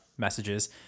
messages